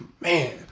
man